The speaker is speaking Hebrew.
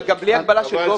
וגם בלי הגבלה של גובה.